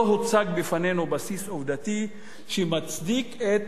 לא הוצג בפנינו בסיס עובדתי שמצדיק את